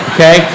Okay